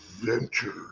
venture